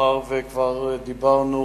מאחר שכבר דיברנו,